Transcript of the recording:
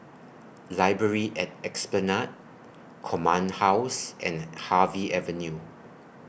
Library At Esplanade Command House and Harvey Avenue